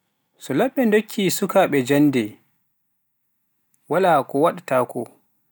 so lamɓe ndokki sukaabe jannde walaa ko waɗta ko